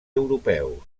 europeus